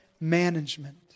management